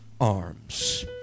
arms